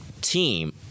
team